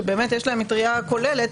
שבאמת יש להם מטריה כוללת,